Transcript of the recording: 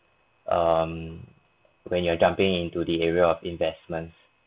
um when you're jumping into the area of investments